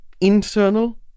internal